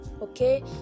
okay